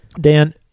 Dan